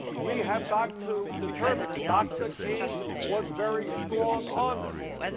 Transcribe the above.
we have got to determine and dr. king was very strong on this,